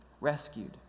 rescued